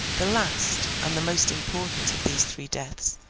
the last, and the most important of these three deaths,